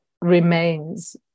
remains